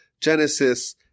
Genesis